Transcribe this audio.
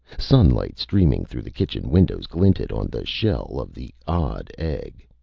sunlight streaming through the kitchen windows glinted on the shell of the odd egg.